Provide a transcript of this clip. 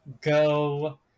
go